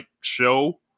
show